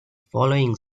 following